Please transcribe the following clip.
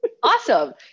Awesome